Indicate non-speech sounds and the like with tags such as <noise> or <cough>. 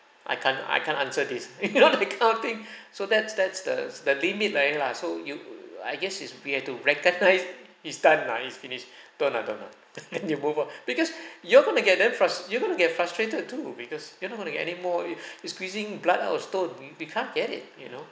I can't I can't answer this <laughs> you know that kind of thing <breath> so that's that's the the limit already lah so you I guess is we have to recognise his time nah he's finished <breath> don't lah don't lah to <laughs> and then you move on because <breath> you're going to get them frust~ you're going to get frustrated too because you're not going to get any more if you <breath> you're squeezing blood out of stone we can't get it you know